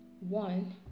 one